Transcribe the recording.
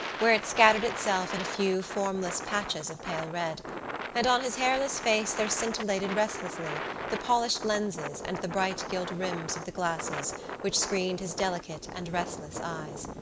where it scattered itself in a few formless patches of pale red and on his hairless face there scintillated restlessly the polished lenses and the bright gilt rims of the glasses which screened his delicate and restless eyes.